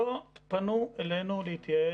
לא פנו אלינו להתייעץ.